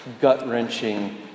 gut-wrenching